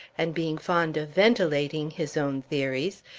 and being fond of ventilating his own theories,